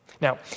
Now